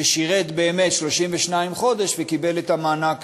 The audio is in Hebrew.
ששירת באמת 32 חודש וקיבל את המענק